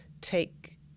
take